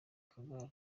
kagare